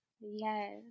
Yes